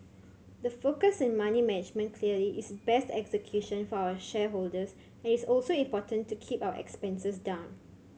the focus in money management clearly is best execution for our shareholders and it's also important to keep our expenses down